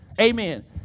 Amen